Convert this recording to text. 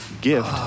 gift